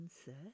answer